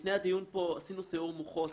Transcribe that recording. לפני הדיון פה עשינו סיעור מוחות